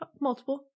Multiple